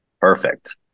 Perfect